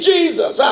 Jesus